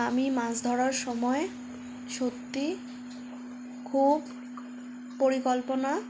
আমি মাছ ধরার সময় সত্যি খুব পরিকল্পনা